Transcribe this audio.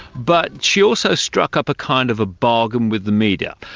but she also struck up a kind of a bargain with the media.